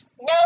No